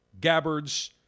Gabbard's